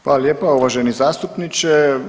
Hvala lijepa uvaženi zastupniče.